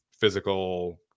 physical